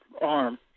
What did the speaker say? arm